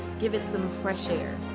give it some fresh air.